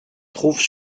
trouvent